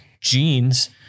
genes